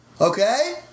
Okay